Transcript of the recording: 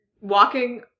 walking